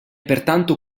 pertanto